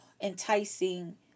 enticing